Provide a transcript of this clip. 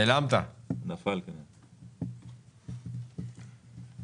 אל תשכח גם את המבחן הזה.